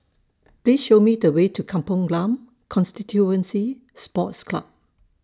Please Show Me The Way to Kampong Glam Constituency Sports Club